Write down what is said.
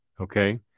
okay